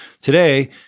Today